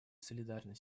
солидарны